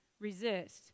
resist